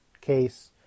case